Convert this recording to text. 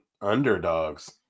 underdogs